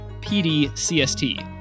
PDCST